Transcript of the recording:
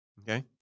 Okay